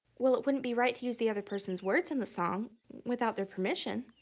well, it wouldn't be right to use the other person's words in the song without their permission.